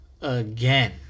again